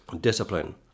discipline